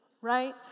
right